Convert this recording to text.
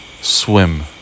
Swim